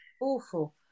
Awful